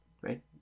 right